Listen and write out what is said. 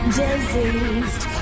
diseased